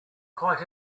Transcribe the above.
quite